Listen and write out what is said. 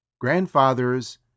Grandfather's